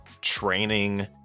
training